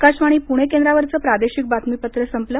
आकाशवाणी पुणे केंद्रावरचं प्रादेशिक बातमीपत्र संपलं